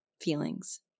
feelings